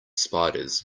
spiders